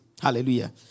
Hallelujah